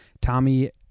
Tommy